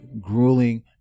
grueling